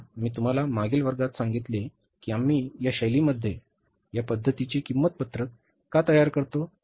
आता मी तुम्हाला मागील वर्गात सांगितले की आम्ही या शैलीमध्ये या पध्दतीची किंमत पत्रक का तयार करतो